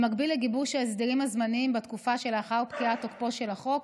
במקביל לגיבוש ההסדרים הזמניים בתקופה שלאחר פקיעת תוקפו של החוק